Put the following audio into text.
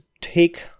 take